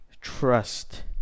trust